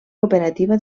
cooperativa